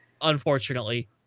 unfortunately